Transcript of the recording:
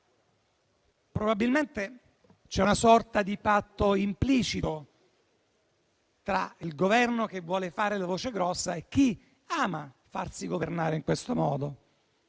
Probabilmente, c'è una sorta di patto implicito, tra il Governo che vuole fare la voce grossa e chi ama farsi governare in questo modo.